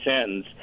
sentence